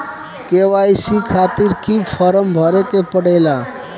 KYC खातिर क्यूं form भरे के पड़ेला?